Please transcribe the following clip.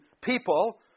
people